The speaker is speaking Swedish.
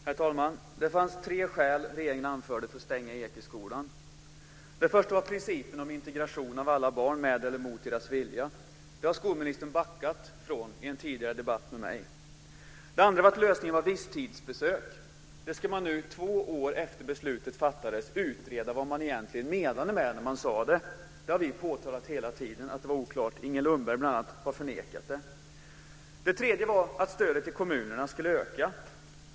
Herr talman! Det fanns tre skäl som regeringen anförde för att stänga Ekeskolan. Det första var principen om integrationen av alla barn, med eller mot deras vilja. Nu har skolministern backat från en tidigare debatt med mig. Det andra var lösningen med visstidsbesök. Nu ska man, två år efter det att beslutet fattades, utreda vad man egentligen menade med det när man sade det. Vi har påtalat hela tiden att det var oklart. Inger Lundberg bl.a. har förnekat det. Det tredje var att stödet till kommunerna skulle öka.